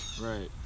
Right